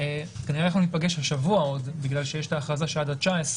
מספר האנשים שניגשים להיבדק בפועל הרבה יותר נמוך.